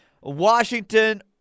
Washington